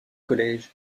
college